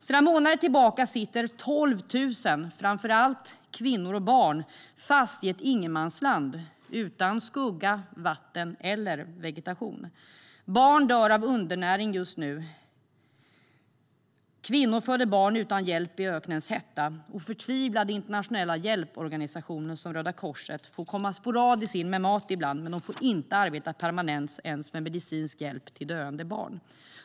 Sedan månader tillbaka sitter 12 000 framför allt kvinnor och barn fast i ett ingenmansland utan skugga, vatten och vegetation. Barn dör av undernäring just nu. Kvinnor föder barn utan hjälp i öknens hetta. Förtvivlade internationella hjälporganisationer som Röda Korset får sporadiskt komma in med mat, men de får inte arbeta permanent ens med medicinsk hjälp till döende barn.